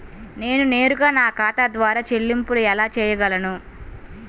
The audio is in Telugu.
నేను నేరుగా నా ఖాతా ద్వారా చెల్లింపులు ఎలా చేయగలను?